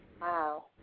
Wow